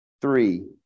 three